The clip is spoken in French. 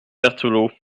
berthelot